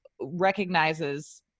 recognizes